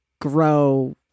grow